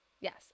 Yes